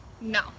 No